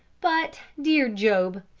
but, dear job,